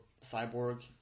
Cyborg